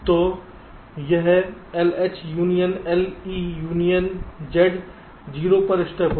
तो यह LH union LE union Z 0 पर स्टक होगा